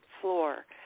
floor